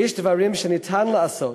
יש דברים שאפשר לעשות,